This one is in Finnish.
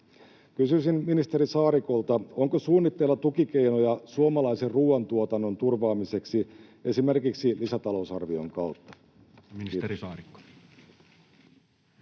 Kysyisin ministeri Saarikolta: onko suunnitteilla tukikeinoja suomalaisen ruoantuotannon turvaamiseksi esimerkiksi lisätalousarvion kautta?